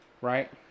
right